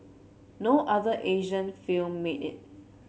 no other Asian film made it